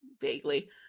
vaguely